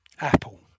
Apple